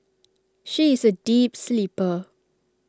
she is A deep sleeper